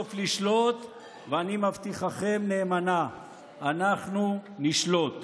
סוף-סוף לשלוט ואני מבטיחכם נאמנה שאנחנו נשלוט.